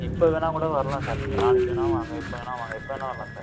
இப்போது வேணா கூட வரலாம் சார் நீங்கள் நாளைக்கு வேணா வாங்க இப்போது வேணா வாங்க எப்போது வேணா வரலாம் சார்